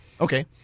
Okay